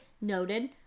noted